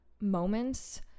moments